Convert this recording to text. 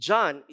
John